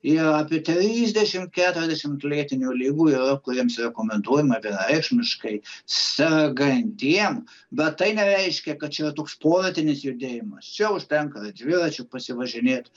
yra apie trisdešimt keturiasdešimt lėtinių ligų yra kuriems rekomenduojama vienareikšmiškai sagantiem bet tai nereiškia kad čia yra toks sportinis judėjimas čia užtenka dviračiu pasivažinėt